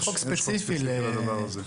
יש חוק ספציפי לזה.